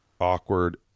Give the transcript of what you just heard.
awkward